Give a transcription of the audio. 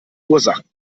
ursachen